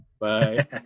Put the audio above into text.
Bye